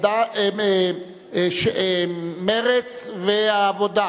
מרצ והעבודה,